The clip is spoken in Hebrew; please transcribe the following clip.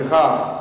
לפיכך,